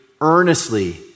earnestly